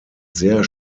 sehr